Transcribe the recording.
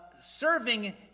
serving